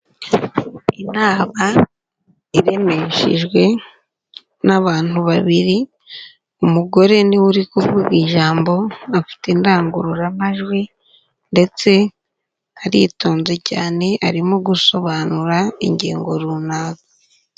Inama iremeshejwe n'abantu babiri, umugore ni we uri kuvuga ijambo, afite indangururamajwi ndetse aritonze cyane, arimo gusobanura ingingo runaka.